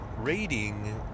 Rating